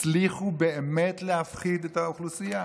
הצליחו באמת להפחיד את האוכלוסייה.